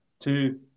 Two